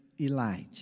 Elijah